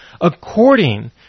according